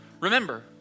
remember